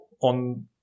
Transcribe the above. on